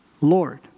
Lord